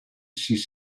sis